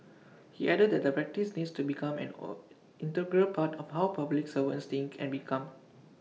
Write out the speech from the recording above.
he added that the practice needs to become an all integral part of how public servants think and become